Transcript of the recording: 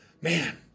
Man